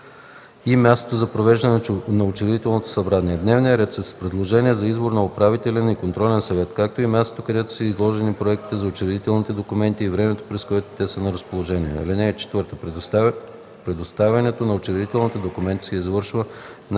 и мястото на провеждане на учредителното събрание, дневният ред с предложение за избор на управителен и контролен съвет, както и мястото, където са изложени проектите на учредителните документи, и времето, през което те са на разположение. (4) Предоставянето на учредителните документи се извършва